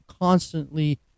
constantly